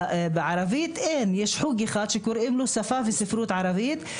בערבית יש חוג אחד שקוראים לו שפה וספרות ערבית.